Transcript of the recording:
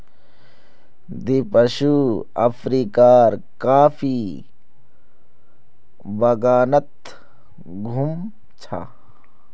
दीपांशु अफ्रीकार कॉफी बागानत घूम छ